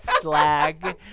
slag